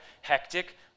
hectic